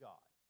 God